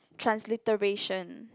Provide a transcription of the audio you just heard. transliteration